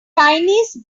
chinese